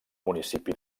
municipi